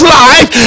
life